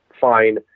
Fine